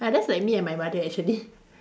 ya that's like me and my mother actually